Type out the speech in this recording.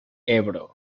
ebro